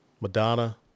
Madonna